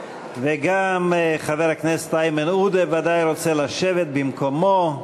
וגם חבר הכנסת איימן עודה ודאי רוצה לשבת במקומו,